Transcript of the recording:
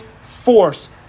force